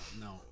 No